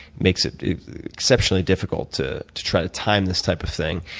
makes it exceptionally difficult to to try to time this type of thing.